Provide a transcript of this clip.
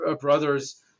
brothers